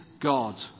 God